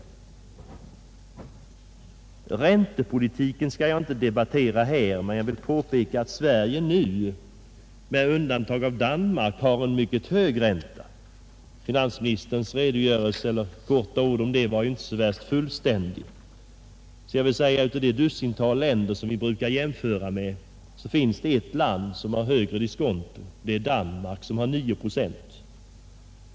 Vad sedan räntepolitiken angår skall jag inte här debattera den, men jag vill påpeka att Sverige nu har den högsta räntan av alla de länder vi brukar jämföra oss med, om jag undantar Danmark. Finansministerns redogörelse i det fallet var ju inte så särskilt fullständig. Av det dussintal länder som vi brukar jämföra oss med är det bara ett land som har högre diskonto, nämligen Danmark som har 9 procent.